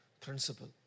principle